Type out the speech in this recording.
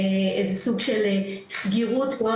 איזה סוג של סגירות מאוד,